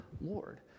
Lord